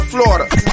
Florida